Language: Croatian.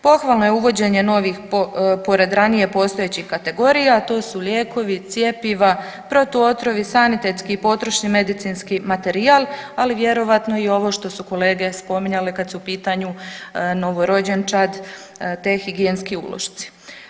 Pohvalno je uvođenje novih, pored ranije postojećih kategorija, tu su lijekovi, cjepiva, protuotrovi, sanitetski i potrošni medicinski materijal, ali vjerovatno i ovo što su kolege spominjali kad su u pitanju novorođenčad te higijenski ulošci.